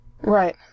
Right